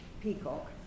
Peacock